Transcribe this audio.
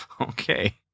Okay